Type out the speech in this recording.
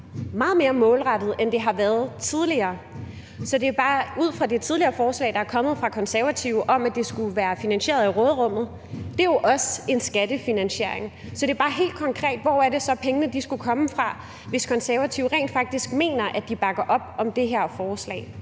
meget mere målrettet, end den har været tidligere. Der er så det tidligere forslag, der er kommet fra De Konservative, om, at det skulle være finansieret af råderummet. Det er jo også en skattefinansiering. Så det er bare helt konkret: Hvor er det så, pengene skulle komme fra, hvis Konservative rent faktisk mener, at de bakker op om det her forslag?